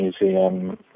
Museum